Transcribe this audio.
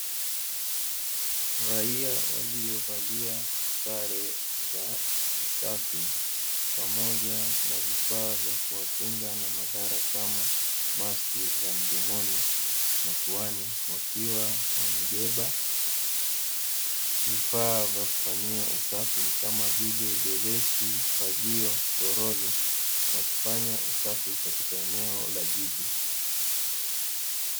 Raia waliovalia sare za usafi pamoja na vifaa vya kuwakinga na madhara, kama maski za mdomoni na puani. Wakiwa wamebeba vifaa vya kufanyia usafi kama vile beleshi, fagio, toroli wakifanya usafi katika eneo la jiji.